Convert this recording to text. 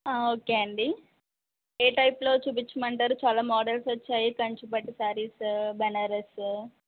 okay అండి ఏ టైప్లో చూపిచ్చమంటారు చాలా మోడల్స్ వచ్చాయి కంచు పట్టు శారీస్ బెనారస్సు